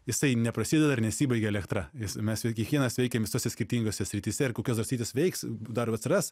jisai neprasideda ir nesibaigia elektra jis mes kiekvienas veikiam visose skirtingose srityse ir kokios dar sritys veiks dar atsiras